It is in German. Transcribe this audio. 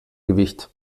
gewicht